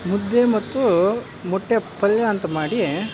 ಮುದ್ದೆ ಮತ್ತು ಮೊಟ್ಟೆ ಪಲ್ಯ ಅಂತ ಮಾಡಿ